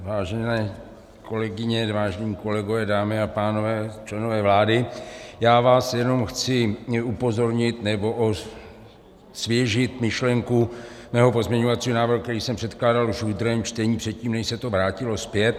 Vážené kolegyně, vážení kolegové, dámy a pánové, členové vlády, já vás jenom chci upozornit, nebo osvěžit myšlenku svého pozměňovacího návrhu, který jsem předkládal už ve druhém čtení, předtím, než se to vrátilo zpět.